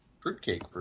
fruitcake